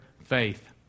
faith